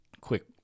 Quick